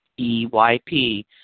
EYP